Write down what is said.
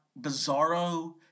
Bizarro